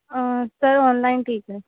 sir online ਠੀਕ ਹੈ